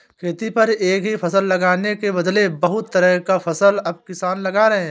खेती पर एक ही फसल लगाने के बदले बहुत तरह का फसल अब किसान लगा रहे हैं